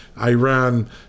Iran